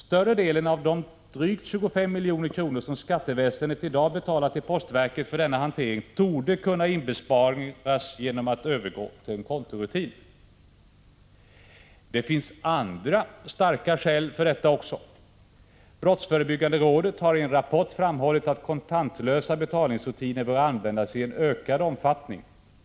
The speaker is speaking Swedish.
Större delen av de drygt 25 milj.kr. som skatteväsendet i dag betalar till postverket för denna hantering torde kunna inbesparas genom att man övergår till en kontorutin. £ Det finns andra starka skäl för en sådan förändring. Brottsförebyggande rådet har i en rapport framhållit att kontantlösa betalningsrutiner bör användas i ökad omfattning.